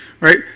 right